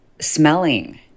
smelling